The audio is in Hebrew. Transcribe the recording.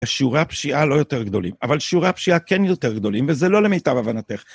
שיעורי הפשיעה לא יותר גדולים, אבל שיעורי הפשיעה כן יותר גדולים, וזה לא למיטב הבנתך.